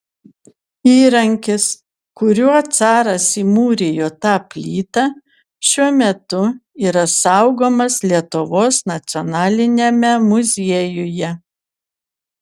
įrankis kuriuo caras įmūrijo tą plytą šiuo metu yra saugomas lietuvos nacionaliniame muziejuje